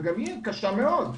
וגם היא קשה מאוד,